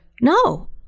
no